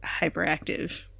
hyperactive